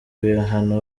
ibihano